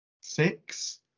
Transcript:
Six